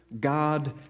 God